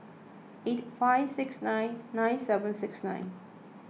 eight five six nine nine seven six nine